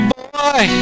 boy